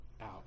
out